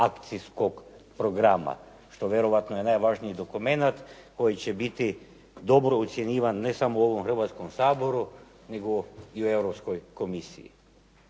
akcijskog programa, što vjerojatno je najvažniji dokument koji će biti dobro ocjenjivan, ne samo u ovom Hrvatskom saboru, nego i u Europskoj komisiji.